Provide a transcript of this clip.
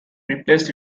replaced